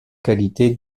qualité